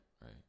right